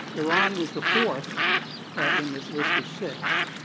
iran was the fourth in this list of six,